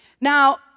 Now